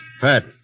Pat